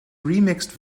remixed